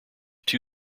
two